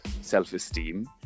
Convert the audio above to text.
self-esteem